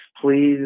please